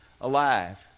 alive